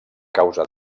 causa